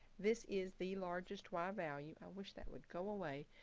this is the largest y value, i wish that would go away.